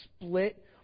split